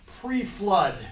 pre-flood